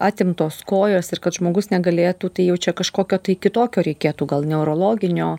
atimtos kojos ir kad žmogus negalėtų tai jau čia kažkokio tai kitokio reikėtų gal neurologinio